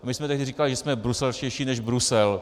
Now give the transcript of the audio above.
My jsme tehdy říkali, že jsme bruselštější než Brusel.